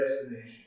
destination